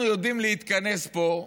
אנחנו יודעים להתכנס פה,